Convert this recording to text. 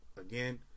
Again